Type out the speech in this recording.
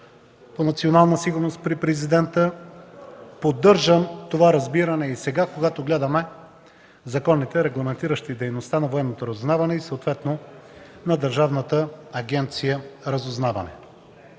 по Национална сигурност при Президента, поддържам това разбиране и сега, когато гледаме законопроектите, регламентиращи дейността на Военното разузнаване и съответно на Държавната агенция „Разузнаване”.